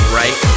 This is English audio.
right